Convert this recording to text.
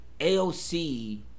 AOC